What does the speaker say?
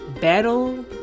Battle